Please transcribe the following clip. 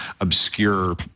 obscure